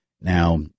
Now